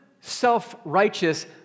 self-righteous